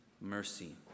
mercy